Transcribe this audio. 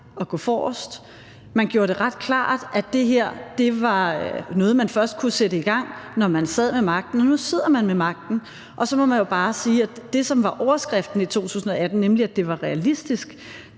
at gå forrest. Man gjorde det ret klart, at det her var noget, man først kunne sætte i gang, når man sad med magten. Nu sidder man med magten, og så må man jo bare sige, at det, som var overskriften i 2018, nemlig at det var realistisk,